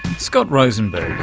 scott rosenberg.